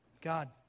God